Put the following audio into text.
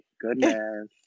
goodness